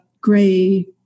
gray